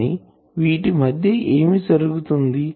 కానీ వీటి మధ్య ఏమి జరుగుతుంది